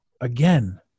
again